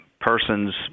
person's